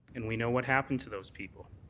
and we know what happened to those people.